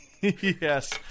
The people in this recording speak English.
yes